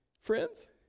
Friends